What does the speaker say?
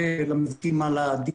בארבעה חודשים האחרונים.